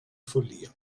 follia